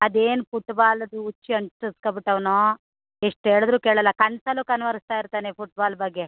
ಅದೇನು ಫುಟ್ಬಾಲದು ಹುಚ್ಚ್ ಅಂಟಸ್ಕೊ ಬಿಟ್ಟವನೋ ಎಷ್ಟು ಹೇಳದ್ರು ಕೇಳೋಲ್ಲ ಕನ್ಸಲ್ಲೂ ಕನ್ವರಿಸ್ತಾ ಇರ್ತಾನೆ ಫುಟ್ಬಾಲ್ ಬಗ್ಗೆ